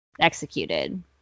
executed